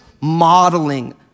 modeling